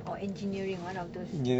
or engineering one of those